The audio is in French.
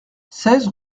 seize